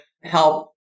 help